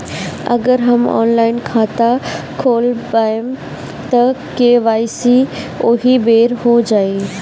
अगर हम ऑनलाइन खाता खोलबायेम त के.वाइ.सी ओहि बेर हो जाई